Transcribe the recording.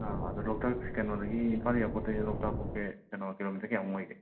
ꯑ ꯑꯗꯣ ꯂꯣꯛꯇꯥꯛꯁꯦ ꯀꯩꯅꯣꯗꯒꯤ ꯏꯝꯐꯥꯜ ꯑꯦꯌꯥꯔꯣꯔꯠꯇꯩꯅ ꯂꯣꯛꯇꯥꯛꯐꯧꯁꯦ ꯀꯩꯅꯣ ꯀꯤꯂꯣꯃꯤꯇꯔ ꯀꯌꯥꯃꯨꯛ ꯑꯣꯏꯒꯦ